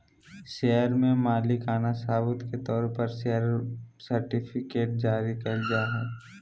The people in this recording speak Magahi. शेयर के मालिकाना सबूत के तौर पर शेयर सर्टिफिकेट्स जारी कइल जाय हइ